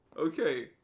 okay